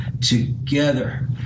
together